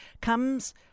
comes